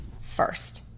first